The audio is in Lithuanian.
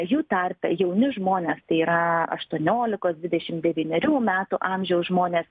jų tarpe jauni žmonės tai yra aštuoniolikos dvidešim devynerių metų amžiaus žmonės